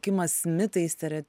kimas mitai stereoti